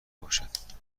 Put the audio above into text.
باشد